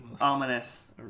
ominous